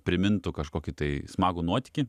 primintų kažkokį tai smagų nuotykį